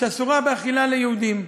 שאסורה באכילה ליהודים.